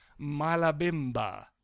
Malabimba